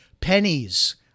pennies